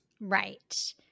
Right